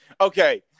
okay